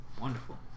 Wonderful